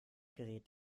gerät